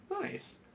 Nice